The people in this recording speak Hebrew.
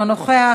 אינו נוכח,